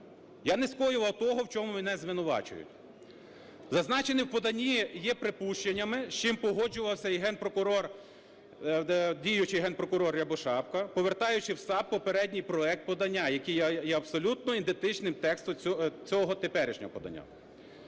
Я не скоював того, в чому мене звинувачують. Зазначене в поданні є припущеннями, з чим погоджувався і Генпрокурор, діючий Генпрокурор Рябошапка, повертаючи в САП попередній проект подання, який є абсолютно ідентичним тексту цього теперішнього подання.